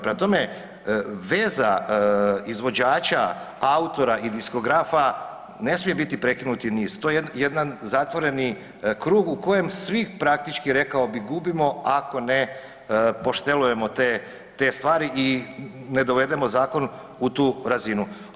Prema tome, veza izvođača, autora i diskografa ne smije biti prekinuti niz to je jedan zatvoreni krug u kojem svi praktički rekao bi gubimo ako ne poštelujemo te stvari i ne dovedemo zakon u tu razinu.